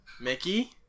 Mickey